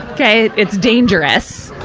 okay? it's dangerous.